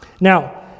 Now